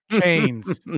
chains